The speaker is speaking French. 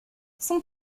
son